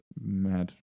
mad